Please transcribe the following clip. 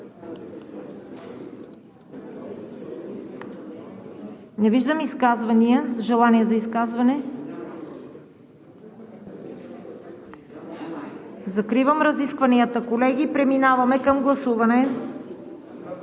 Не виждам желание за изказване. Закривам разискванията, колеги. Преминаваме към гласуване.